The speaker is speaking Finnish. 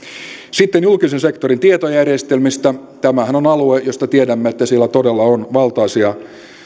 sitten julkisen sektorin tietojärjestelmistä tämähän on alue josta tiedämme että siellä todella on valtaisia